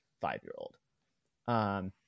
five-year-old